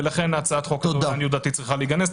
ולכן הצעת החוק הזאת לדעתי צריכה להיגנז.